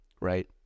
right